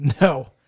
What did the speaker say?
No